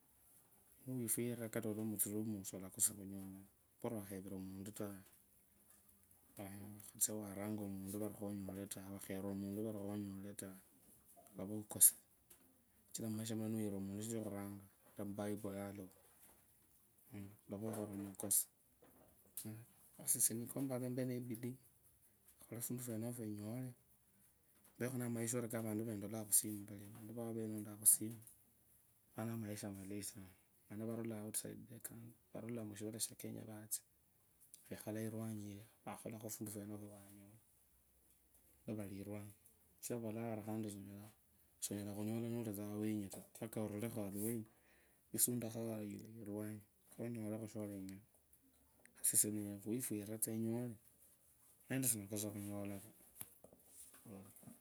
Wifwirire kachira mutsuri umu solakisa khunyola taa, pora wakhevira umuntu taa, wakhatsia waranga umuntu vari khonyole taa, vakhera vari khonyele taa, sichira maisha kano niwira muntu ebible yaluva, uveukhorire makusu, sasa esie nikompaa embee nebidii ekhole fundu fwenufwo enyolee, empekho namaisha ori vantu vendolanga khusimu khulia, vawo vendolanga khusimu mani varula outside the country, varula mushivala sha kenya vatsia vayekhala lwanyi vakholekho fundu fwenofwo vanyola nivali iwanyi, kachira vavulenga vali sonyala khunyola nza nuii awenyu taa wisundekho yalee khonyolekho shulenyanga, sasa esie enyala khwifwira tsa enyole, manyire endisinakosa khunyola taa.